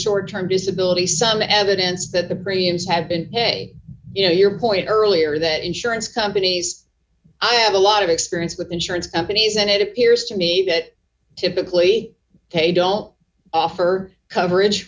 short term disability some evidence that the brains have been hey you know your point earlier that insurance companies i have a lot of experience with insurance companies and it appears to me that typically they don't offer coverage